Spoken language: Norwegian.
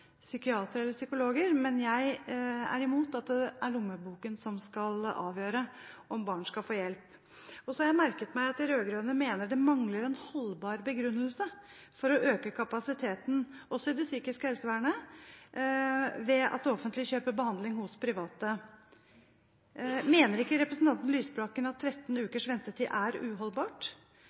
psykiater og psykolog, hvis man har råd til det. Jeg er ikke imot at foreldre bruker private psykiatere eller psykologer, men jeg er imot at det er lommeboken som skal avgjøre om barn skal få hjelp. Så har jeg merket meg at de rød-grønne mener at det mangler en holdbar begrunnelse for å øke kapasiteten også i det psykiske helsevernet ved at det offentlige kjøper behandling hos private. Mener ikke representanten